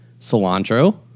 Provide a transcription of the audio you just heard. cilantro